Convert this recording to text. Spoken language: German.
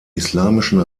islamischen